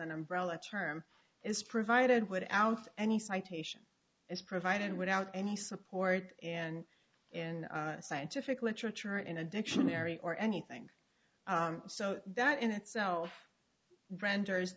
an umbrella term is provided without any citation is provided without any support and in scientific literature or in a dictionary or anything so that in itself renders